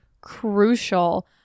crucial